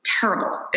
terrible